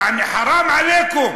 יעני, חראם עליכום.